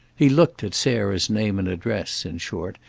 he looked at sarah's name and address, in short,